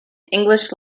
english